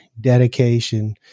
dedication